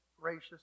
gracious